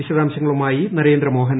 വിശദാംശങ്ങളുമായി നരേന്ദ്രമോഹൻ